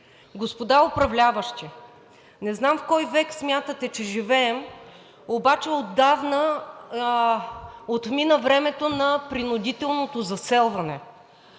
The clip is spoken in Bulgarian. Господа управляващи, не знам в кой век смятате, че живеем, обаче отдавна отмина времето на принудителното заселване.